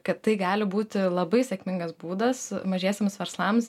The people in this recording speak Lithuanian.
kad tai gali būti labai sėkmingas būdas mažiesiems verslams